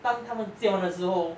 当他们建完了之后